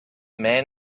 man